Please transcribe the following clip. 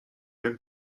jak